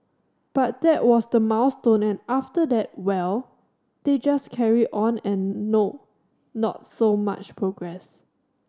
but that was the milestone and after that well they just carry on and no not so much progress